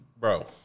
Bro